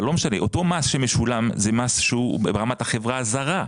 אבל אותו מס שמשולם הוא מס שהוא ברמת החברה הזרה,